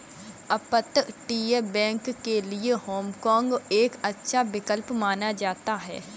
अपतटीय बैंक के लिए हाँग काँग एक अच्छा विकल्प माना जाता है